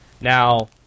Now